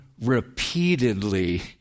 repeatedly